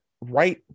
right